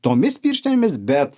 tomis pirštinėmis bet